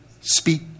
speak